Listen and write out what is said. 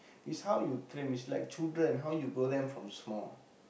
is how you train is like children how you grow them from small